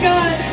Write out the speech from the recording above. God